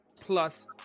plus